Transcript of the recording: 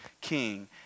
king